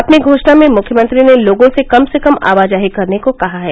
अपनी घोषणा में मुख्यमंत्री ने लोगों से कम से कम आवाजाही करने को कहा है